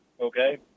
Okay